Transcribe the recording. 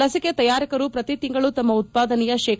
ಲಸಿಕೆ ತಯಾರಕರು ಪ್ರತಿ ತಿಂಗಳು ತಮ್ಮ ಉತ್ಪಾದನೆಯ ಶೇ